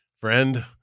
friend